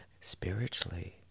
spiritually